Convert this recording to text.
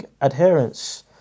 adherence